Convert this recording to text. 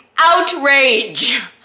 outrage